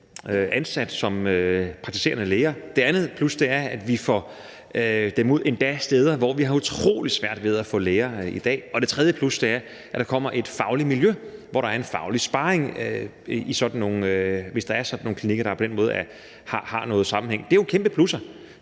ansat som praktiserende læger. Det andet plus er, at vi endda får dem ud til steder, hvor vi har utrolig svært ved at få læger i dag. Og det tredje plus er, at der kommer et fagligt miljø, hvor der er faglig sparring, hvis der er sådan nogle klinikker, hvor der på den måde er noget sammenhæng. Det er jo kæmpe plusser.